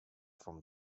from